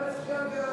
התשע"ג 2013,